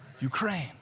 Ukraine